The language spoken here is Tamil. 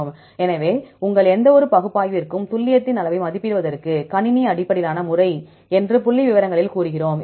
எனவே உங்கள் எந்தவொரு பகுப்பாய்விற்கும் துல்லியத்தின் அளவை மதிப்பிடுவதற்கு கணினி அடிப்படையிலான முறை என்று புள்ளிவிவரங்களில் கூறுகிறோம்